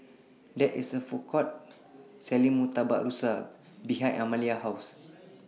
There IS A Food Court Selling Murtabak Rusa behind Amalia's House